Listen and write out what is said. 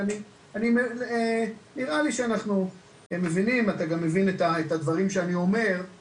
כי אני נראה לי שאנחנו מבינים ואתה גם מבין את הדברים שאני אומר.